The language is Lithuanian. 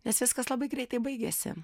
nes viskas labai greitai baigiasi